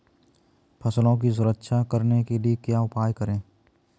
फसलों की सुरक्षा करने के लिए क्या उपाय करें?